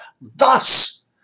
thus